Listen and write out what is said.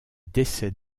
décès